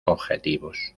objetivos